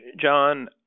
John